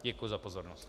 Děkuji za pozornost.